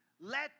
let